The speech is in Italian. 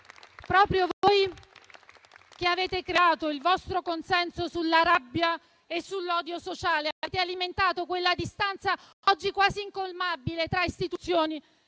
Proprio voi che avete creato il vostro consenso sulla rabbia e sull'odio sociale, alimentando quella distanza, oggi quasi incolmabile, tra istituzioni